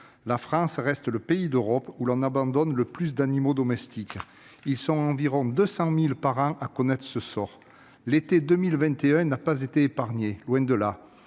La France reste le pays d'Europe où l'on abandonne le plus d'animaux domestiques. Ils sont ainsi environ 200 000 par an à connaître ce sort. Et l'été 2021 ne les a pas épargnés, loin de là